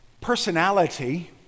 personality